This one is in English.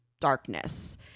darkness